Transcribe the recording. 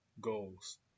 goals